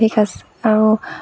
ঠিক আছে আৰু